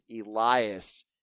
Elias